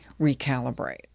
recalibrate